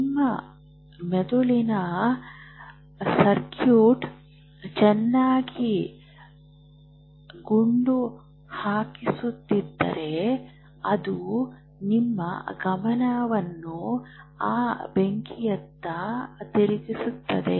ನಿಮ್ಮ ಮೆದುಳಿನ ಸರ್ಕ್ಯೂಟ್ರಿ ಚೆನ್ನಾಗಿ ಗುಂಡು ಹಾರಿಸುತ್ತಿದ್ದರೆ ಅದು ನಿಮ್ಮ ಗಮನವನ್ನು ಆ ಬೆಂಕಿಯತ್ತ ತಿರುಗಿಸುತ್ತದೆ